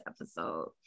episode